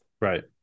right